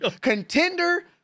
contender